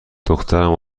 دخترم